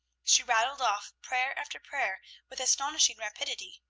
she rattled off prayer after prayer with astonishing rapidity.